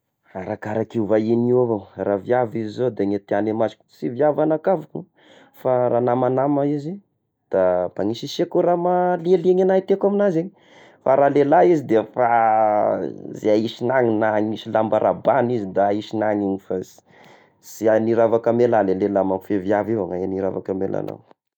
Arakarak'io vahigny io avao, raha viavy izy zao da ny tiagny masoko, sy viavy anakaviko oh fa raha namanama izy da mba agny aseseko raha mahaliliany agna teako amignazy igny, fa raha lehilahy izy da zay isigny agny na agnisy lamba rabagny izay da isigny agny fa sy sy agny ravaka amy ma ny lehilahy manko, fa i viavy io igny ravaky amignio gna.